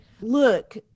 look